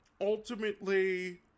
ultimately